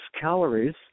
calories